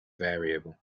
variable